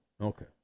okay